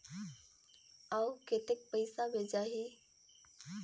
अउ कतेक पइसा भेजाही?